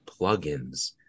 plugins